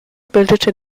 bildete